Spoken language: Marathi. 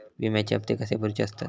विम्याचे हप्ते कसे भरुचे असतत?